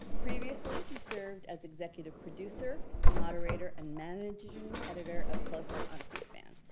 previously he served as executive producer, moderator, and managing editor of close-up on c-span.